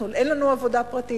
אנחנו, אין לנו עבודה פרטית.